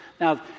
Now